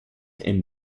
and